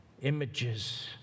Images